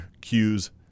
cues